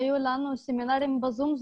היו לנו סמינרים ב-זום,